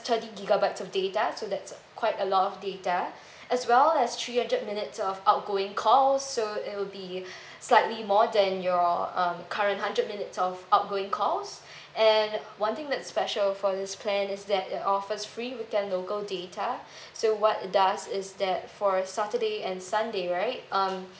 thirty gigabytes of data so that's quite a lot of data as well as three hundred minutes of outgoing calls so it will be slightly more than your um current hundred minutes of outgoing calls and one thing that's special for this plan is that it offers free weekend local data so what it does is that for saturday and sunday right um